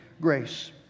grace